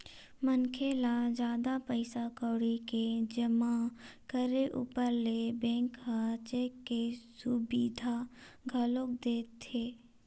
मनखे ल जादा पइसा कउड़ी के जमा करे ऊपर ले बेंक ह चेक के सुबिधा घलोक देथे